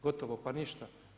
Gotovo pa ništa.